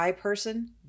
person